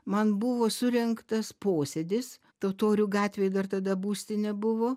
man buvo surengtas posėdis totorių gatvėj dar tada būstinė buvo